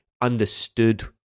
understood